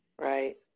right